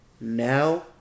now